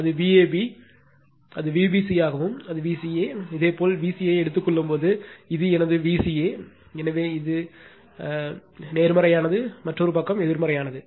அது Vab அது Vbc ஆகவும் அது Vca இதேபோல் Vca ஐ எடுத்துக் கொள்ளும்போது இது எனது Vca எனவே இது எனது c இது நேர்மறையானது மற்றொரு பக்கம் எதிர்மறையானது